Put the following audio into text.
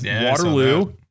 Waterloo